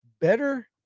better